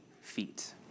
feet